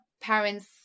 parents